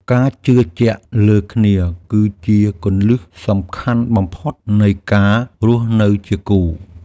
ការជឿជាក់លើគ្នាគឺជាគន្លឹះសំខាន់បំផុតនៃការរស់នៅជាគូ។